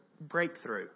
breakthrough